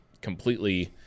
completely